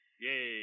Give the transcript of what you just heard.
Yay